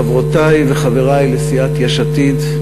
חברותי וחברי לסיעת יש עתיד,